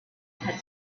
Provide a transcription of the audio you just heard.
had